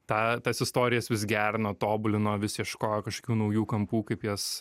tą tas istorijas vis gerino tobulino vis ieškojo kažkokių naujų kampų kaip jas